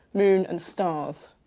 moon and stars.